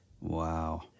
wow